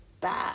Bad